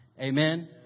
Amen